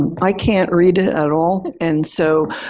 i can't read it at all. and so,